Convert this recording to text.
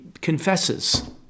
confesses